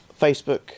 Facebook